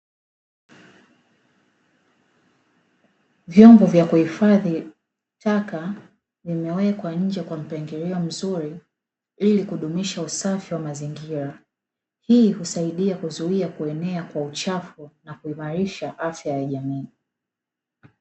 Vyombo vya kuhifadhi taka vimewekwa nje kwa mpangilio mzuri ilikudumisha usafi wa mazingira, hii husaidia kuzuia kuenea kwa uchafu na kuimarisha afya kwa jamii.